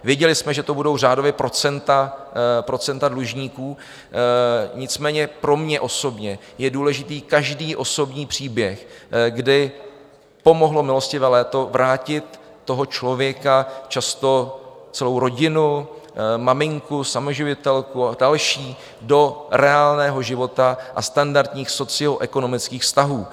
Věděli jsme, že to budou řádově procenta dlužníků, nicméně pro mě osobně je důležitý každý osobní příběh, kdy pomohlo milostivé léto vrátit toho člověka, často celou rodinu, maminku, samoživitelku a další, do reálného života a standardních socioekonomických vztahů.